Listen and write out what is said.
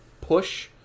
push